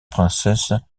princesse